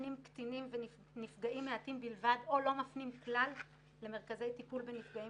מפנים קטינים ונפגעים מעטים בלבד או לא מפנים בכלל למרכזי טיפול בנפגעים